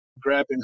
grabbing